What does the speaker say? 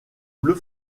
bleu